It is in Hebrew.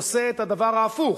עושה את הדבר ההפוך.